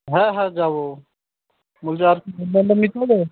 হ্যাঁ হ্যাঁ যাবো বলছি আর কি বন্ধু বান্ধব নিতে হবে